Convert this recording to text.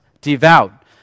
devout